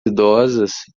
idosas